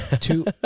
Two